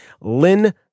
Lynn